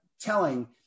telling